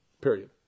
period